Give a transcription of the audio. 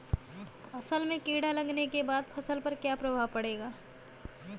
असल में कीड़ा लगने के बाद फसल पर क्या प्रभाव पड़ेगा?